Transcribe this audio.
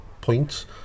points